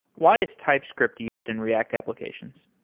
why is typescript used in react applications?